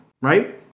right